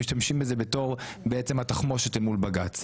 משתמשים בזה בתור התחמושת אל מול בג"צ.